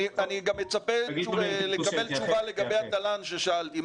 גם מצפה לקבל תשובה לגבי התל"ן ששאלתי.